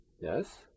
yes